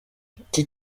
iki